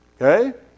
Okay